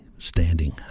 standing